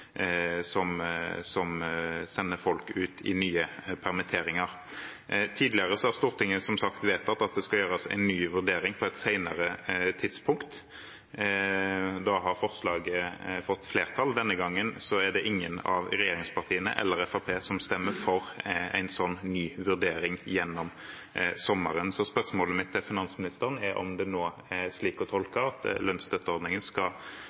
som sender folk ut i nye permitteringer. Tidligere har Stortinget som sagt vedtatt at det skal gjøres en ny vurdering på et senere tidspunkt – da har forslaget fått flertall. Denne gangen er det ingen av regjeringspartiene eller Fremskrittspartiet som stemmer for en ny vurdering gjennom sommeren. Så spørsmålet mitt til finansministeren er om det nå er slik å tolke at lønnsstøtteordningen skal